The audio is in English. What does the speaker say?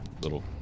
little